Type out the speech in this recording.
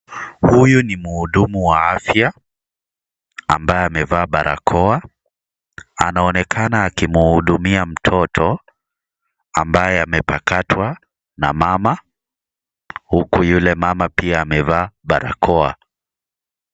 Huyu ni mhudumu wa afya, ambaye amevaa barakoa. Anaonekana akimhudumia mtoto ambaye amepakatwa na mama, huku yule mama pia amevaa barakoa.